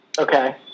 Okay